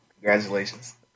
Congratulations